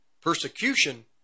persecution